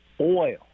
oil